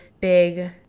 big